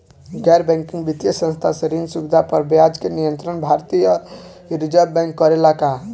गैर बैंकिंग वित्तीय संस्था से ऋण सुविधा पर ब्याज के नियंत्रण भारती य रिजर्व बैंक करे ला का?